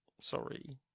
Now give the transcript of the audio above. Sorry